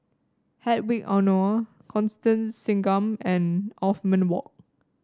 Hedwig Anuar Constance Singam and Othman Wok